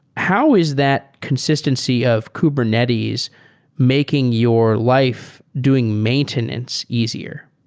how is that consistency of kubernetes making your life doing maintenance easier?